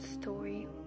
story